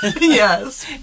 Yes